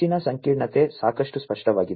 ಹೆಚ್ಚಿದ ಸಂಕೀರ್ಣತೆ ಸಾಕಷ್ಟು ಸ್ಪಷ್ಟವಾಗಿದೆ